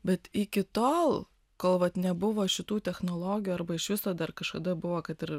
bet iki tol kol vat nebuvo šitų technologijų arba iš viso dar kažkada buvo kad ir